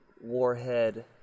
Warhead